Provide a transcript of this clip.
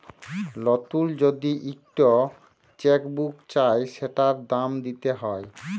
লতুল যদি ইকট চ্যাক বুক চায় সেটার দাম দ্যিতে হ্যয়